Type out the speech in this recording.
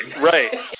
Right